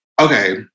okay